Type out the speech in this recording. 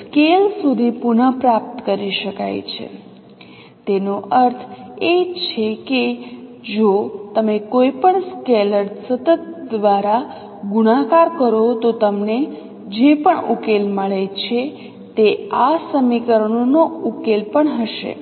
scale સુધી પુન પ્રાપ્ત કરી શકાય છે તેનો અર્થ એ કે જો તમે કોઈપણ સ્કેલર સતત દ્વારા ગુણાકાર કરો તો તમને જે પણ ઉકેલ મળે છે તે આ સમીકરણોનો ઉકેલ પણ હશે